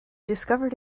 discovered